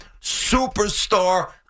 superstar